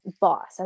boss